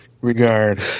regard